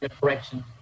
correction